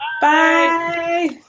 Bye